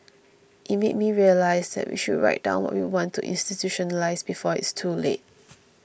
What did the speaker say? it made me realise that we should write down what we want to institutionalise before it's too late